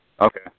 Okay